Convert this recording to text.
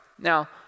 Now